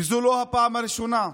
וזו לא הפעם הראשונה,